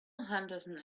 henderson